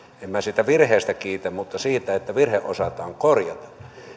en minä siitä virheestä kiitä mutta siitä että virhe osataan korjata